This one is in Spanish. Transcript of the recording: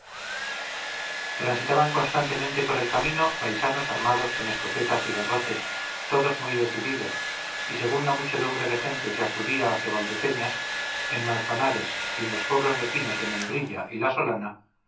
transitaban constantemente por el camino paisanos armados con escopetas y garrotes todos muy decididos y según la muchedumbre de gente que acudía hacia valdepeñas en manzanares y en los pueblos vecinos de membrilla y la solana